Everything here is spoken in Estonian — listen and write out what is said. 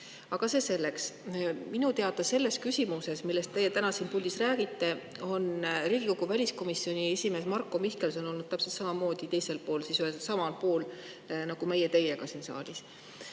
Aga see selleks. Minu teada on selles küsimuses, millest teie täna siin puldis räägite, Riigikogu väliskomisjoni esimees Marko Mihkelson olnud täpselt samamoodi teisel [arvamusel], samal [arvamusel] nagu meie siin saalis.